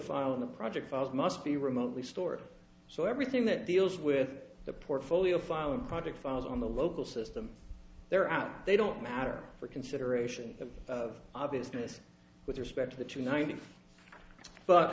file in the project files must be remotely store so everything that deals with the portfolio file and project files on the local system they're out they don't matter for consideration of obviousness with respect to the two ninety but